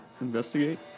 investigate